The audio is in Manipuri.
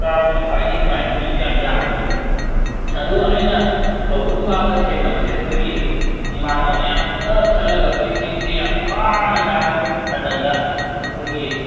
ꯀꯥꯕꯁꯤꯅ ꯈ꯭ꯋꯥꯏꯗꯒꯤ ꯅꯨꯡꯉꯥꯏ ꯃꯤꯁꯨ ꯌꯥꯝ ꯌꯥꯝꯗꯕꯤꯗ ꯑꯗꯨꯒ ꯑꯩꯅ ꯀꯧꯕ꯭ꯔꯨ ꯀꯥꯕꯗ ꯊꯦꯡꯅꯕꯁꯦ ꯑꯩꯈꯣꯏꯒꯤ ꯏꯃꯥꯟꯅꯕ ꯃꯌꯥꯝ ꯄꯨꯜꯂꯞ ꯆꯠꯂꯒ ꯑꯩꯈꯣꯏ ꯁꯤꯡꯁꯦ ꯌꯥꯝ ꯋꯥꯅ ꯀꯥꯔꯛꯑꯕ ꯃꯇꯝꯗ ꯑꯩꯈꯣꯏꯒꯤ